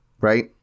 right